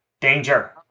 Danger